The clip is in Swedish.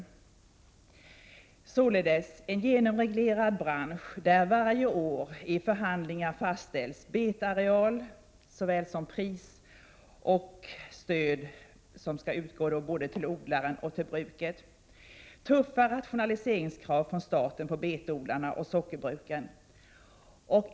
Det är således en genomreglerad bransch, där betareal, pris och det stöd som skall utgå, både till odlaren och till bruket, varje år fastställs i förhandlingar. Det är tuffa rationaliseringskrav från staten på betodlarna och sockerbruken.